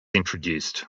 introduced